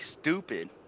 stupid